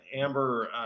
Amber